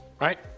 right